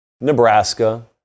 nebraska